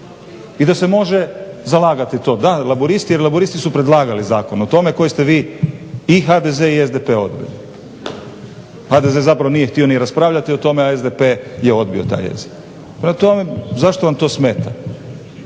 i da se može zalagati to. Da, Laburisti jer Laburisti su predlagali zakon o tome koji ste vi i HDZ i SDP odbili. HDZ zapravo nije htio ni raspravljati o tome, a SDP je odbio taj jezik. Prema tome,